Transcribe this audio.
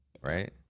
right